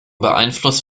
beeinflusst